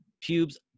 pubes